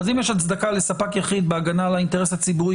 אז אם יש הצדקה לספק יחיד בהגנה על האינטרס הציבורי